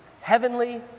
heavenly